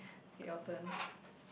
okay your turn